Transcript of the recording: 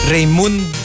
Raymond